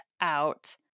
out